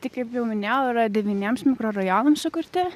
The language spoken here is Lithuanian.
tai kaip jau minėjau yra devyniems mikrorajonams sukurti